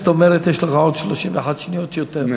זאת אומרת יש לך 31 שניות יותר.